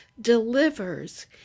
delivers